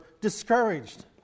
discouraged